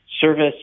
service